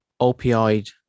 opioid